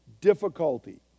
difficulty